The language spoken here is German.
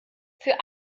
für